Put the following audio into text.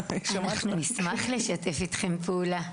אנחנו נשמח לשתף איתכם פעולה.